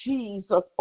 Jesus